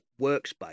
workspace